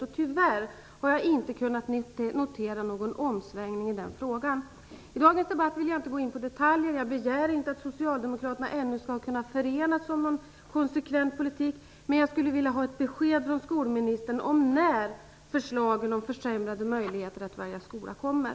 Jag har tyvärr inte kunnat notera någon omsvängning i den frågan. Jag vill i dagens debatt inte gå in på detaljer. Jag begär inte att socialdemokraterna ännu skall kunna förenas om någon konsekvent politik, men jag skulle vilja ha ett besked från skolministern om när förslagen om försämrade möjligheter att välja skola kommer.